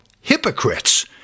Hypocrites